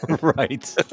right